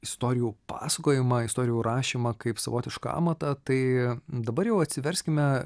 istorijų pasakojimą istorijų rašymą kaip savotišką amatą tai dabar jau atsiverskime